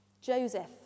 Joseph